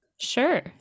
Sure